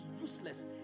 useless